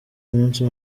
umunsi